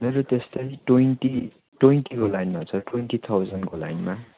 मेरो त्यस्तै ट्वेन्टी ट्वेन्टीको लाइनमा छ ट्वेन्टी थाउजनको लाइनमा